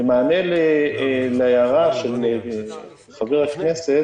במענה להערה של חבר הכנסת